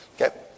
Okay